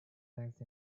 length